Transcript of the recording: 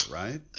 right